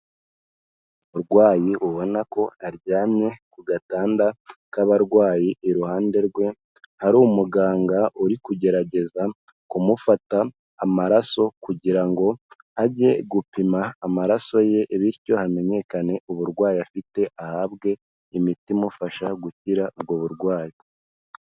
Umurwayi ubona ko aryamye ku gatanda k'abarwayi, iruhande rwe hari umuganga uri kugerageza kumufata amaraso kugira ngo ajye gupima amaraso ye, bityo hamenyekane uburwayi afite ahabwe imiti imufasha gukira ubwo burwayi.